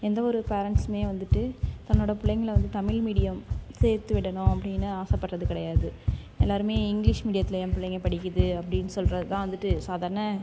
எந்த ஒரு பேரண்ட்ஸும் வந்துட்டு தன்னோட பிள்ளைங்கள வந்து தமிழ் மீடியம் சேர்த்துவிடணும் அப்படின்னு ஆசைப்பட்றது கிடையாது எல்லோருமே இங்கிலிஷ் மீடியத்தில் என் பிள்ளைங்க படிக்குது அப்படின்னு சொல்கிறதுதான் வந்துட்டு சாதாரண